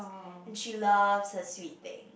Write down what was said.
and she loves her sweet thing